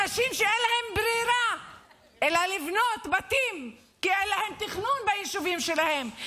אנשים שאין להם ברירה אלא לבנות בתים כי אין להם תכנון ביישובים שלהם,